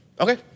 Okay